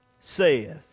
saith